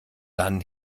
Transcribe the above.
dann